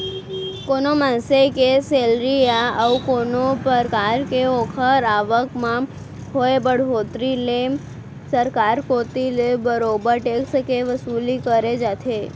कोनो मनसे के सेलरी या अउ कोनो परकार के ओखर आवक म होय बड़होत्तरी ले सरकार कोती ले बरोबर टेक्स के वसूली करे जाथे